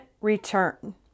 return